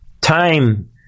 time